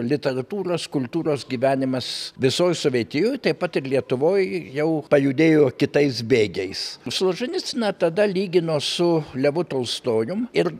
literatūros kultūros gyvenimas visoj sovietijoj taip pat ir lietuvoj jau pajudėjo kitais bėgiais solženicyną tada lygino su levu tolstojum ir